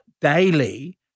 daily